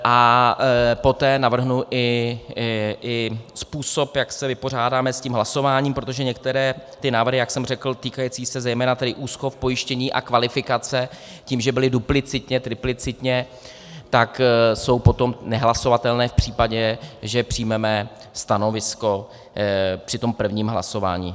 A poté navrhnu i způsob, jak se vypořádáme s tím hlasováním, protože některé ty návrhy, jak jsem řekl, týkající se zejména tedy úschov, pojištění a kvalifikace, tím, že byly duplicitně, tedy triplicitně, tak jsou potom nehlasovatelné v případě, že přijmeme stanovisko při tom prvním hlasování.